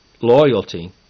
loyalty